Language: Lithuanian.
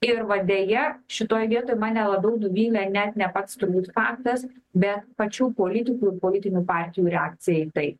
ir va deja šitoj vietoj mane labiau nuvylė net ne pats turbūt faktas bet pačių politikų ir politinių partijų reakcija į tai